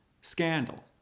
scandal